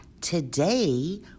Today